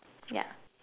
yeah